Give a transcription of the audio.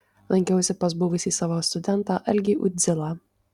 lankiausi pas buvusį savo studentą algį uzdilą